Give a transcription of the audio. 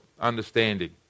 understanding